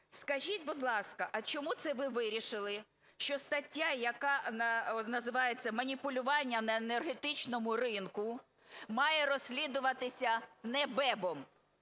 Скажіть, будь ласка, а чому це ви вирішили, що стаття, яка називається "Маніпулювання на енергетичному ринку", має розслідуватися не БЕБ?